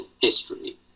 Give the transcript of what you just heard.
history